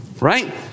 right